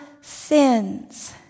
sins